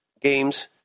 games